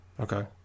Okay